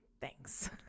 thanks